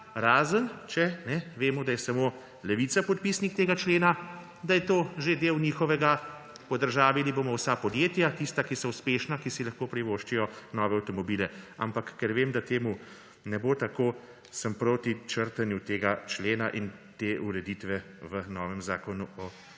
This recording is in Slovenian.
Razen, če vemo, da je samo Levica podpisnik tega člena, da je to že del njihovega – podržavili bomo vsa podjetja; tista, ki so uspešna, ki si lahko privoščijo nove avtomobile. Ampak ker vem, da temu ne bo tako, sem proti črtanju tega člena in te ureditve v novem Zakonu o